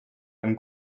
ein